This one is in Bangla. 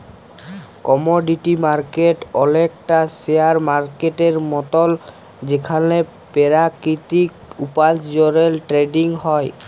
কমডিটি মার্কেট অলেকটা শেয়ার মার্কেটের মতল যেখালে পেরাকিতিক উপার্জলের টেরেডিং হ্যয়